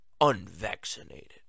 unvaccinated